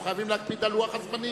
אנחנו חייבים להקפיד על לוח-הזמנים.